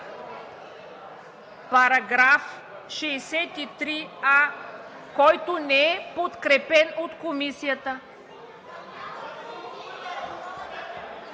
Параграф 63а, който не е подкрепен от Комисията.